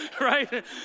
right